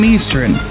Eastern